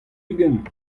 ugent